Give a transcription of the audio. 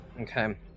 Okay